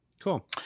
Cool